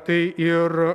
tai ir